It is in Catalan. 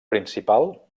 principal